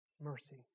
Mercy